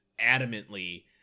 adamantly